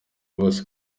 bose